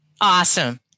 Awesome